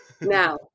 Now